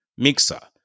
Mixa